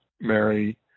Mary